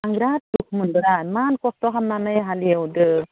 आं बिराद दुखु मोनदोरा आं इमान खस्थ' खामनानै हालएवदो